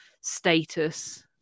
status